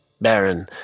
Baron